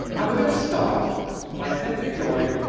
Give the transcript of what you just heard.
and we are gonna start by simply drawing